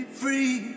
free